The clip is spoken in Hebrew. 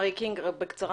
אריה קינג, בקצרה.